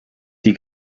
die